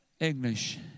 English